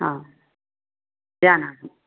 जानामि